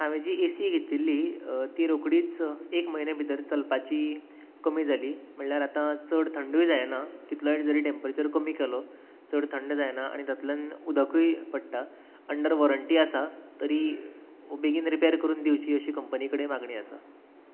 हांवें जी A C घेतिल्ली ती रोखडीच एक म्हयन्या भितर चलपाची कमी जाली म्हटल्यार आतां चड थंडूय जायना कितलोय जरी टेंम्परेचर कमी केलो चड थंड जायना आनी तातूंतल्यान उदकूय पडटा अंडर वाॅरंटी आसा तरी बेगीन रिपेर करून दिवची अशी कंपनी कडेन मागणी आसा